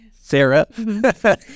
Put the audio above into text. Sarah